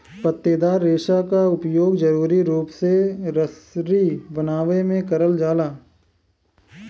पत्तेदार रेसा क उपयोग जरुरी रूप से रसरी बनावे में करल जाला